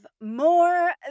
more